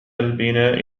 البناء